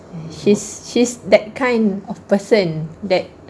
eh she's she's that kind of person that